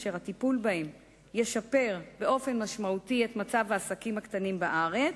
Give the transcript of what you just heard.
אשר הטיפול בהם ישפר באופן משמעותי את מצב העסקים הקטנים בארץ,